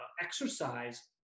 exercise